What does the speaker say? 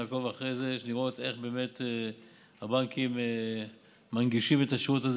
לראות איך הבנקים מנגישים את השירות הזה